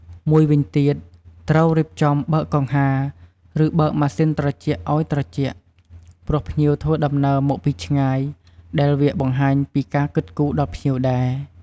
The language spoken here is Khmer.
មួយវិញទៀត ត្រូវរៀបចំ បើកកង្ហារ ឬបើកម៉ាស៊ីនត្រជាក់អោយត្រជាក់ ព្រោះភ្ញៀវធ្វើដំណើរមកពីឆ្ងាយ ដែលវាបង្ហាញពីការគិតគូរដល់ភ្ញៀវដែរ។